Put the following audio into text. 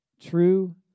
True